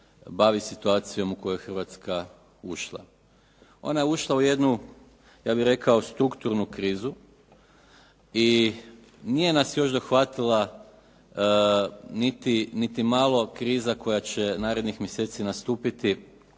bavi situacijom u koju je Hrvatska ušla. Ona je ušla u jednu ja bih rekao strukturnu krizu i nije nas još zahvatila niti malo kriza koja će narednih mjeseci nastupiti,